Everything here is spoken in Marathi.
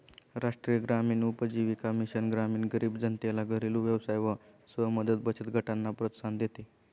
राष्ट्रीय ग्रामीण उपजीविका मिशन ग्रामीण गरीब जनतेला घरेलु व्यवसाय व स्व मदत बचत गटांना प्रोत्साहन देते